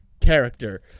character